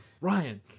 Ryan